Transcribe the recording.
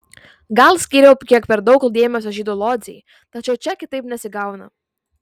gal skyriau kiek per daug dėmesio žydų lodzei tačiau čia kitaip nesigauna